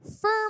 firm